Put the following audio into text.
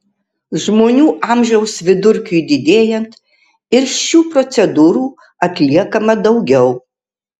žmonių amžiaus vidurkiui didėjant ir šių procedūrų atliekama daugiau